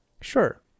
sure